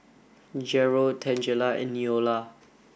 Jerrel Tangela and Neola